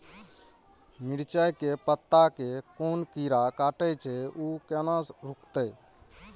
मिरचाय के पत्ता के कोन कीरा कटे छे ऊ केना रुकते?